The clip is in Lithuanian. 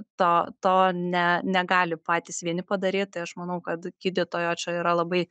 to to ne negali patys vieni padaryt tai aš manau kad gydytojo čia yra labai